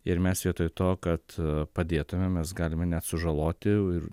ir mes vietoj to kad padėtumėm mes galime net sužaloti ir